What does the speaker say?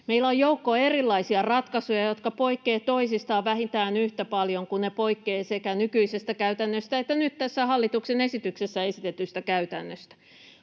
Meillä on joukko erilaisia ratkaisuja, jotka poikkeavat toisistaan vähintään yhtä paljon kuin ne poikkeavat sekä nykyisestä käytännöstä että nyt tässä hallituksen esityksessä esitetystä käytännöstä.